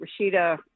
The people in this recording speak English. Rashida